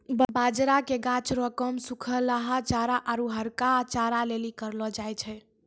बाजरा के गाछ रो काम सुखलहा चारा आरु हरका चारा लेली करलौ जाय छै